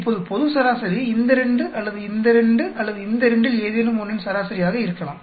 இப்போது பொது சராசரி இந்த 2 அல்லது இந்த 2 அல்லது இந்த 2 இல் ஏதேனும் ஒன்றின் சராசரியாக இருக்கலாம்